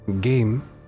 game